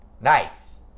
Nice